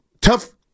tough